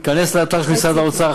תיכנס לאתר של משרד האוצר,